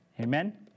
Amen